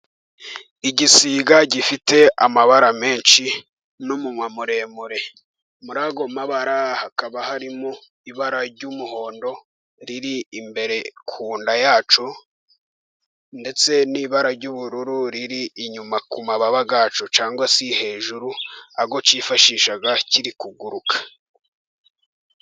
Igisiga gifite amabara menshi, n'umunwa muremure. Muri ayo mabara hakaba harimo ibara ry'umuhondo riri imbere ku nda yacyo, ndetse n'ibara ry'ubururu riri inyuma ku mababa yacyo, cyangwa se hejuru go cyifashisha kiri kuguruka.